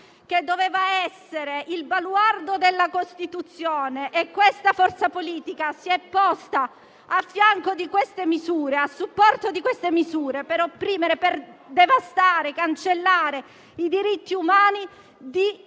che doveva essere il baluardo della Costituzione. Ma questa forza politica si è posta a fianco di queste misure, a loro supporto, per opprimere, devastare e cancellare i diritti umani di